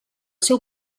seu